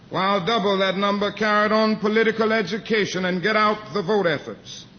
while double that number carried on political education and get-out-the-vote efforts.